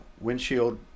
windshield